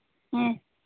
ᱦᱮᱸ